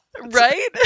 Right